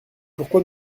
pourquoi